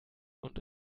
und